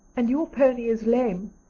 and your pony is lame.